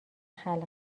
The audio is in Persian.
خلق